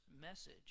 message